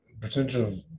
potential